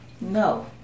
No